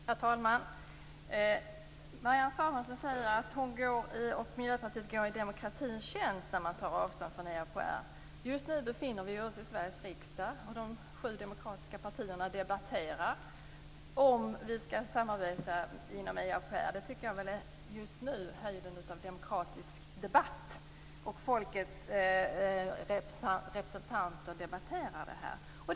Herr talman! Marianne Samuelsson säger att hon och Miljöpartiet går i demokratins tjänst när de tar avstånd från EAPR. Just nu befinner vi oss i Sveriges riksdag. De sju demokratiska partierna debatterar om vi skall samarbeta inom EAPR. Jag tycker att det just nu är höjden av demokratisk debatt. Folkets representanter debatterar detta.